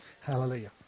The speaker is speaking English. hallelujah